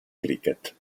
cricket